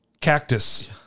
cactus